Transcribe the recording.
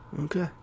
Okay